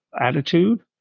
attitude